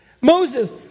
Moses